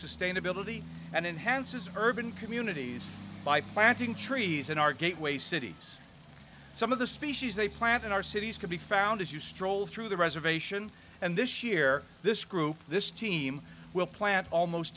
sustainability and enhances urban communities by planting trees in our gateway cities some of the species they plant in our cities can be found as you stroll through the reservation and this year this group this team will plant almost